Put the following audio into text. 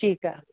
ठीकु आहे